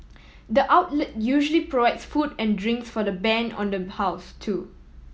the outlet usually provides food and drinks for the band on the house too